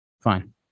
fine